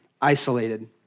isolated